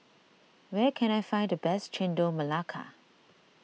where can I find the best Chendol Melaka